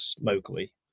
locally